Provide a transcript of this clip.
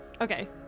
okay